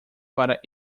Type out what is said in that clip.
para